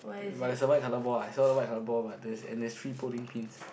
but there's a white colour ball I saw the white colour ball but there's and there's three bowling pins